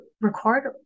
record